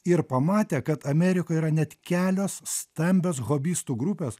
ir pamatė kad amerikoj yra net kelios stambios hobistų grupės